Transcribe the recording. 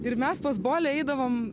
ir mes pas bolę eidavom